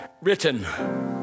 written